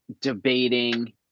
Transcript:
debating